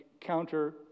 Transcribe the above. counter